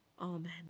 Amen